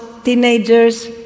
teenagers